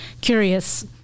curious